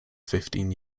fifteen